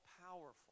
powerful